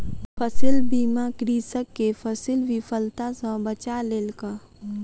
फसील बीमा कृषक के फसील विफलता सॅ बचा लेलक